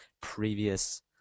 previous